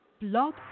Blog